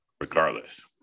regardless